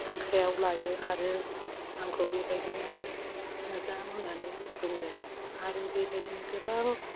आखायाव लायो आरो आंखौ बिबादिनो मोजां होन्नानै बुङो आरो बिबादिनो गोबां